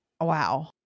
wow